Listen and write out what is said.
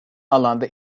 alanda